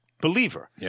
believer